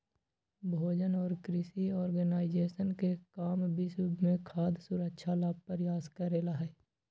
भोजन और कृषि ऑर्गेनाइजेशन के काम विश्व में खाद्य सुरक्षा ला प्रयास करे ला हई